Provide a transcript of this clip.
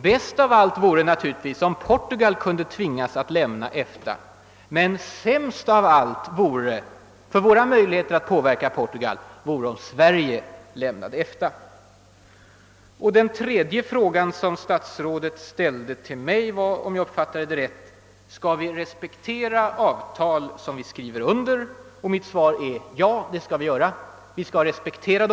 Bäst av allt vore kanske om Portugal kunde tvingas att lämna EFTA om påtryckningar inte hjälper. Men sämst av allt skulle vara, med tanke på våra möjligheter att påverka Portugal, om Sverige lämnade organisationen. Den tredje frågan som statsrådet ställde till mig lydde, om jag fattade den rätt: Skall vi respektera avtal som vi skriver under? Mitt svar är: Ja, det skall vi göra.